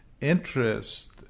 Interest